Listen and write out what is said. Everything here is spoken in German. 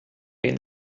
den